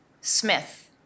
Smith